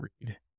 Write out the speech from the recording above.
read